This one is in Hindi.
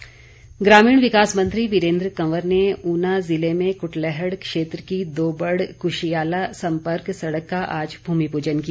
वीरेन्द्र कंवर ग्रामीण विकास मंत्री वीरेन्द्र कंवर ने ऊना जिले में कुटलैहड़ क्षेत्र की दोबड़ कुशियाला सम्पर्क सड़क का आज भूमिपूजन किया